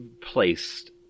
placed